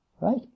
right